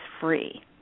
free